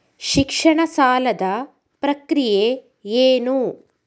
ಶಿಕ್ಷಣ ಸಾಲದ ಪ್ರಕ್ರಿಯೆ ಏನು?